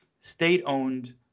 state-owned